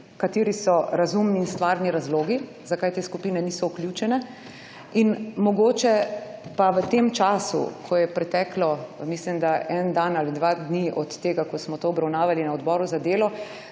kateri so razumni in stvarni razlogi zakaj te skupine niso vključene in mogoče pa v tem času, ko je preteklo mislim, da eden, dva dni od tega, ko smo to obravnavali na Odboru za delo,